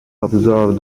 observed